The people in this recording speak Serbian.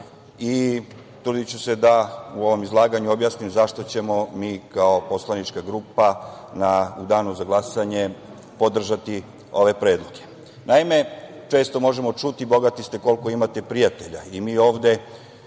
i trudiću se da u ovom izlaganju objasnim zašto ćemo mi kao poslanička grupa u danu za glasanje podržati ove predloge. Naime, često možemo čuti – bogati ste koliko imate prijatelja. Mi ovde